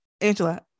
Angela